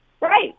Right